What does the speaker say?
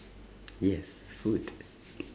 yes food